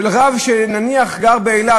שרב שנניח גר באילת,